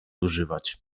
używać